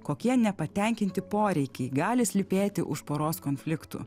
kokie nepatenkinti poreikiai gali slypėti už poros konfliktų